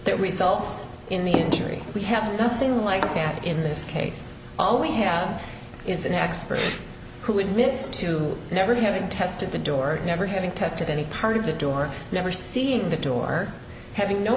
results in the injury we have nothing like that in this case all we have is an expert who admits to never having tested the door never having tested any part of the door never seeing the door having no